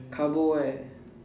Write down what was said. carbo eh